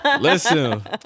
Listen